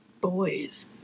Boys